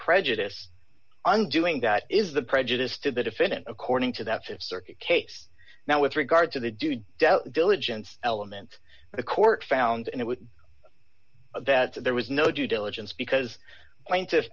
prejudice and doing that is the prejudice to the defendant according to that fits their case now with regard to the dude diligence element the court found and it would that there was no due diligence because plaintiffs